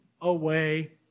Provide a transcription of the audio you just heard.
away